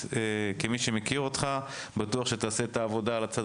כמי שמכיר אותך אני בטוח שתעשה את העבודה על הצד